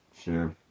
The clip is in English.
Sure